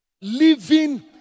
Living